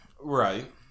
Right